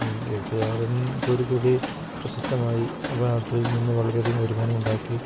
എഴുത്തുകാരൻ ഇപ്പം ഒരു കൃതി പ്രശസ്തമായി അപ്പം അതിൽ നിന്ന് വളരെയധികം വരുമാനമുണ്ടാക്കി